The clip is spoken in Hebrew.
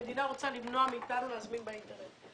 המדינה רוצה למנוע מאתנו להזמין באינטרנט.